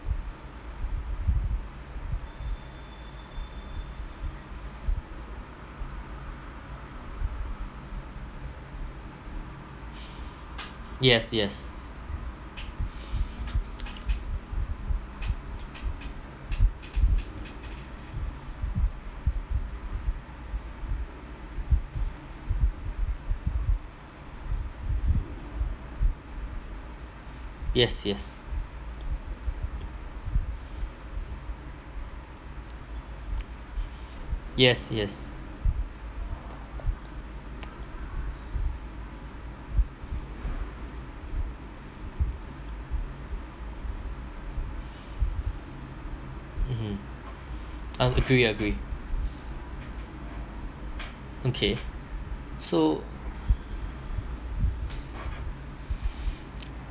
yes yes yes yes yes yes mmhmm uh agree agree okay so